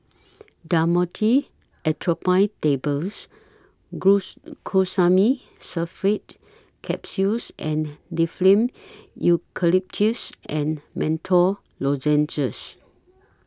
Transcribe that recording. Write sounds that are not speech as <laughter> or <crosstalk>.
Dhamotil Atropine Tables Glues <unintelligible> Sulfate Capsules and Difflam Eucalyptus and Menthol Lozenges